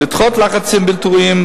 לדחות לחצים בלתי ראויים,